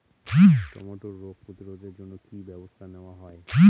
টমেটোর রোগ প্রতিরোধে জন্য কি কী ব্যবস্থা নেওয়া হয়?